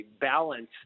balance